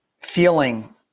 feeling